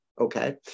Okay